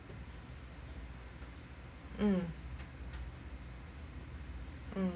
mm